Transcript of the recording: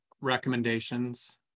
recommendations